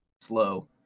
slow